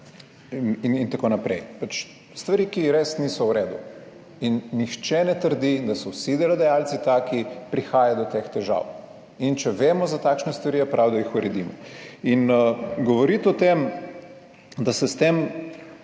itn. pač stvari, ki res niso v redu. Nihče ne trdi, da so vsi delodajalci taki, prihaja do teh težav in če vemo za takšne stvari, je prav, da jih uredimo. Govoriti o tem, da se s tem